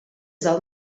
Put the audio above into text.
del